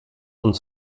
und